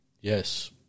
Yes